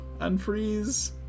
unfreeze